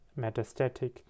metastatic